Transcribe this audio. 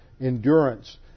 endurance